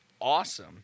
awesome